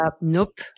nope